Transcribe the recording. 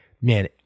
man